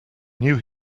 knew